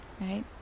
right